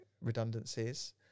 redundancies